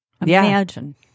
imagine